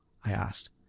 i asked.